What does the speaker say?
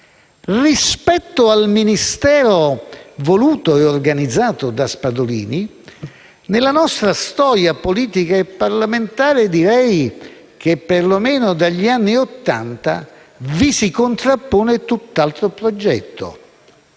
Rispetto al Ministero voluto e organizzato da Spadolini, nella nostra storia politica e parlamentare direi che, perlomeno dagli anni Ottanta, vi si contrappone tutt'altro progetto,